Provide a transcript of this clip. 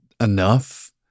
enough